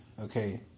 Okay